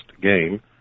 game